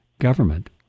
government